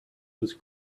was